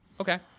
Okay